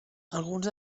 alguns